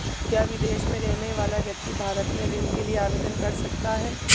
क्या विदेश में रहने वाला व्यक्ति भारत में ऋण के लिए आवेदन कर सकता है?